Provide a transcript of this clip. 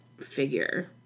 figure